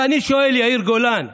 ואני שואל: יאיר גולן,